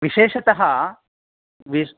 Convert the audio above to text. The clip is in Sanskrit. विशेषतः विस्